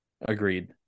Agreed